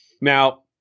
now